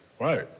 Right